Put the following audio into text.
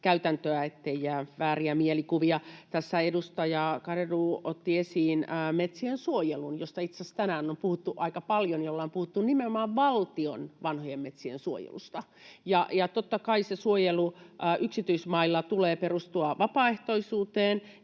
ettei jää vääriä mielikuvia. Tässä edustaja Garedew otti esiin metsien suojelun, josta itse asiassa tänään on puhuttu aika paljon ja ollaan puhuttu nimenomaan valtion vanhojen metsien suojelusta. Totta kai suojelun yksityismailla tulee perustua vapaaehtoisuuteen,